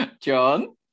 John